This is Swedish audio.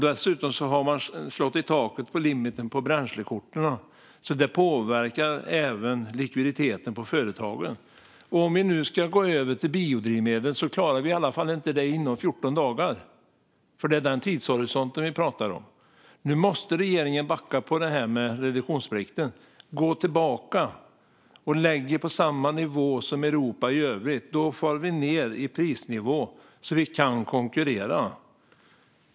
Dessutom har man slagit i taket för limiten på bränslekorten, så det påverkar även likviditeten hos företagen. Om vi nu ska gå över till biodrivmedel klarar vi i alla fall inte det inom 14 dagar, och det är den tidshorisont vi pratar om. Nu måste regeringen backa om reduktionsplikten. Gå tillbaka och lägg er på samma nivå som Europa i övrigt! Då kommer vi ned i prisnivå så att vi kan konkurrera.